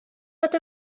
fod